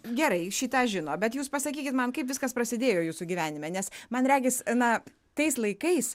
gerai šį tą žino bet jūs pasakykit man kaip viskas prasidėjo jūsų gyvenime nes man regis na tais laikais